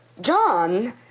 John